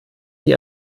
die